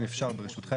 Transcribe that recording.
אם אפשר ברשותכם,